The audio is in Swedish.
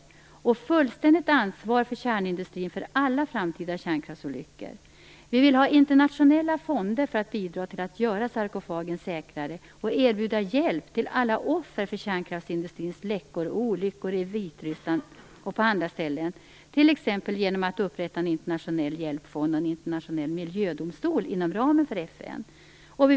Vi kräver fullständigt ansvar för kärnindustrin för alla framtida kärnkraftsolyckor. Vi vill ha internationella fonder för att bidra till att göra sarkofagen säkrare. Vi vill erbjuda hjälp till alla offer för kärnkraftsindustrins läckor och olyckor i Vitryssland och på andra ställen, t.ex. genom att upprätta en internationell hjälpfond och en internationell miljödomstol inom ramen för FN.